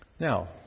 Now